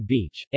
Beach